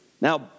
Now